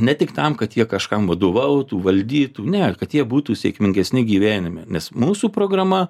ne tik tam kad jie kažkam vadovautų valdytų ne kad jie būtų sėkmingesni gyvenime nes mūsų programa